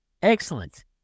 Excellent